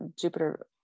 jupiter